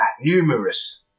numerous